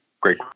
great